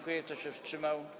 Kto się wstrzymał?